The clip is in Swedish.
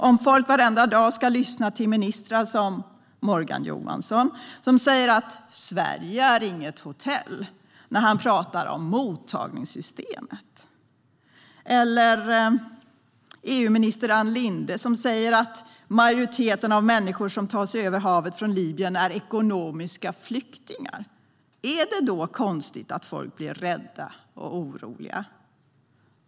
Om folk varenda dag ska lyssna till ministrar som Morgan Johansson, som säger att Sverige inte är något hotell när han talar om mottagningssystemet, eller till EU-minister Ann Linde, som säger att majoriteten av människor som tar sig över havet från Libyen är ekonomiska flyktingar, är det då konstigt att folk blir rädda och oroliga?